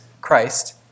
Christ